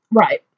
Right